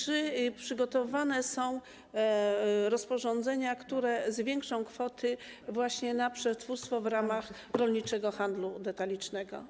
Czy przygotowane są rozporządzenia, które zwiększą kwoty na przetwórstwo w ramach rolniczego handlu detalicznego?